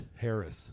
Harris